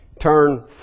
Turn